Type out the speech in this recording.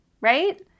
right